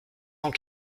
cent